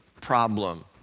problem